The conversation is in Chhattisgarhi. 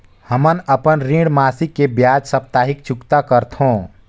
हमन अपन ऋण मासिक के बजाय साप्ताहिक चुकता करथों